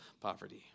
poverty